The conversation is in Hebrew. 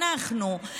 אנחנו,